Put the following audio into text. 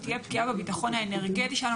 תודה רבה שרת האנרגיה ותודה לך מנכ"ל המשרד על המצגת.